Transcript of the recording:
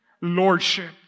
Lordship